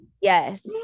yes